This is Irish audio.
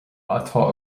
atá